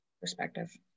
perspective